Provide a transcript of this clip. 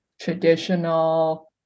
traditional